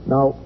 Now